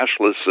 cashless